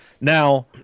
Now